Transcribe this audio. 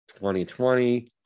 2020